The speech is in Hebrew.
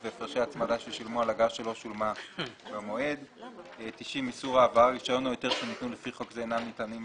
אגרה בעד הגשת בקשה לרישיון או להיתר לפי חוק זה.